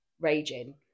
raging